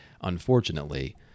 Unfortunately